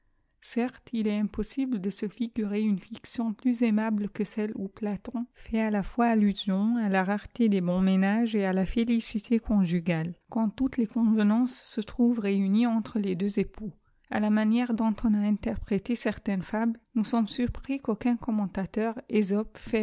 certes il est impossible de se figurer une fiction plus aimable que celle où platon fait à la fois allusion à la rareté des bons ménages et à la félicité conjugale quand toutes les isonvenances se trouvent réunies entrent les deux époux a la manière dont on a interprété certaines fables nous sommes surpris qu'aucun commentateur